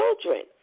children